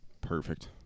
Perfect